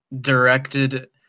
directed